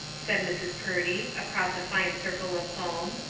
said mrs. purdy, across a fine circle of foam.